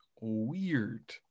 weird